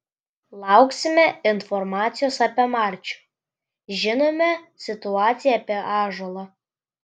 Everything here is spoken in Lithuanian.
lauksime informacijos apie marčių žinome situaciją apie ąžuolą